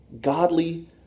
Godly